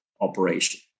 operation